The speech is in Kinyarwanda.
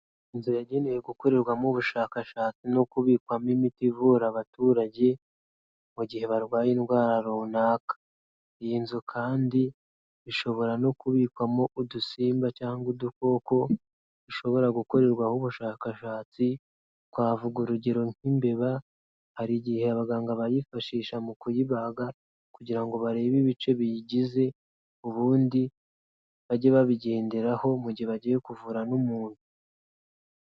Inzu yagenewe gukorerwamo ubushakashatsi no kubikwamo imiti ivura abaturage, mu gihe barwaye indwara runaka. Iyi nzu kandi bishobora no kubikwamo udusimba cyangwa udukoko bishobora gukorerwaho ubushakashatsi, twavuga urugero nk'imbeba, hari igihe abaganga bayifashisha mu kuyibaga kugira ngo barebe ibice biyigize, ubundi bajye babigenderaho mu gihe bagiye kuvura n'umuntu.